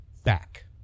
Back